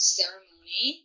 ceremony